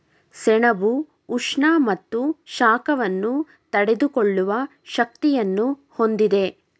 ಸೆಣಬು ಉಷ್ಣ ಮತ್ತು ಶಾಖವನ್ನು ತಡೆದುಕೊಳ್ಳುವ ಶಕ್ತಿಯನ್ನು ಹೊಂದಿದೆ